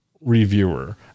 reviewer